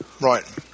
Right